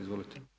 Izvolite.